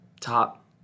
top